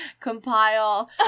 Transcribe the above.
compile